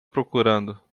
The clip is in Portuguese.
procurando